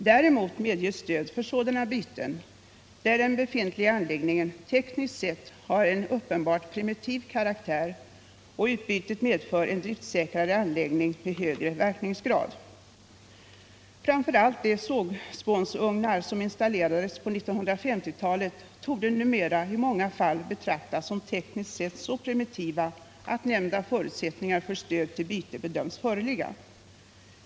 Däremot medges stöd för sådana byten där den befintliga anläggningen tekniskt sett har en uppenbart primitiv karaktär och utbytet medför en driftsäkrare anläggning med högre verkningsgrad. Framför allt de sågspånsugnar som installerades på 1950-talet torde numera i många fall betraktas som tekniskt sett så primitiva att nämnda förutsättningar för stöd till byte bedöms föreligga.